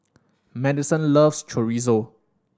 Maddison loves Chorizo